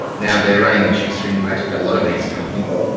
now they're running on a shoestring budget a lot of these companies,